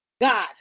God